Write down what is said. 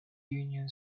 union